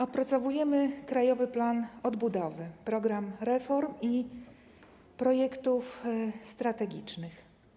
Opracowujemy Krajowy Plan Odbudowy, program reform i projektów strategicznych.